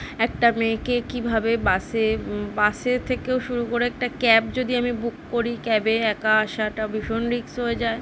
একটা মেয়েকে কীভাবে বাসে বাসে থেকেও শুরু করে একটা ক্যাব যদি আমি বুক করি ক্যাবে একা আসাটা ভীষণ রিক্স হয়ে যায়